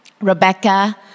Rebecca